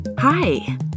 Hi